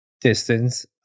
distance